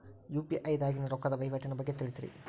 UPI ದಾಗಿನ ರೊಕ್ಕದ ವಹಿವಾಟಿನ ಬಗ್ಗೆ ತಿಳಸ್ರಿ